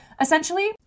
Essentially